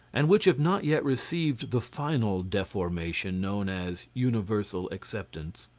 and which have not yet received the final deformation known as universal acceptance,